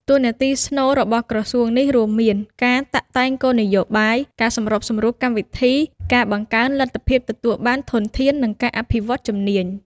តួនាទីស្នូលរបស់ក្រសួងនេះរួមមាន ការតាក់តែងគោលនយោបាយ ការសម្របសម្រួលកម្មវិធី ការបង្កើនលទ្ធភាពទទួលបានធនធាន និងការអភិវឌ្ឍជំនាញ។